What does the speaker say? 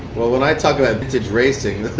well, when i talk about vintage racing,